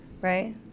right